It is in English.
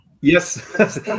Yes